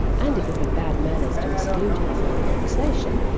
and it would be bad manners to exclude her from the conversation,